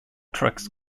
tracks